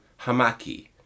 Hamaki